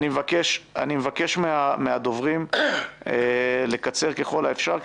אני מבקש מהדוברים לקצר ככל האפשר,